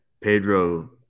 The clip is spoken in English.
Pedro